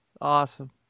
Awesome